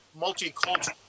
multicultural